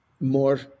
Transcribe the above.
more